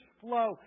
flow